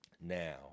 now